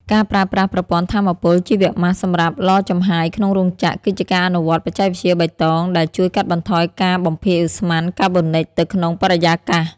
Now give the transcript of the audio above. ការប្រើប្រាស់ប្រព័ន្ធថាមពលជីវម៉ាសសម្រាប់ឡចំហាយក្នុងរោងចក្រ គឺជាការអនុវត្តបច្ចេកវិទ្យាបៃតងដែលជួយកាត់បន្ថយការបំភាយឧស្ម័នកាបូនិចទៅក្នុងបរិយាកាស។